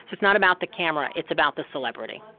so it's not about the camera, it's about the celebrity.